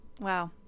Wow